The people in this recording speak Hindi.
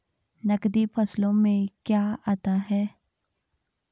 नकदी फसलों में क्या आता है?